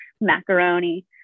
macaroni